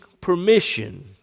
permission